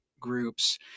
groups